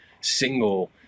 single